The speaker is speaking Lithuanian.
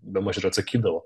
bemaž ir atsakydavo